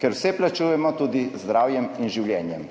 ker vse plačujemo tudi z zdravjem in življenji.«